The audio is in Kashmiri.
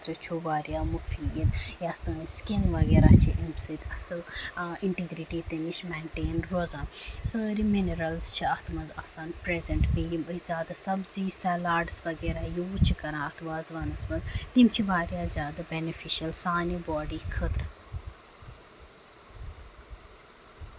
واریاہ مُفیٖد یا سٲنۍ سِکِن وغیرہ چھِ اَمہِ سۭتۍ اَصٕل اِنٹِگریٹی تَمہِ نِش میٹین روزان سٲنۍ یِم مِنرَلٕز چھِ اَتھ منٛز آسان پرٛیزنٹ بیٚیہِ یِم اَتھ منٛز زیادٕ سَبزی سیلاڈٕس وغیرہ اَتھ منٛز یوٗز چھِ کران اَتھ وازاوانَس منٛز تِم چھِ واریاہ زیادٕ بینِفِشل سانہِ باڈی خٲطرٕ